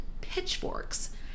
pitchforks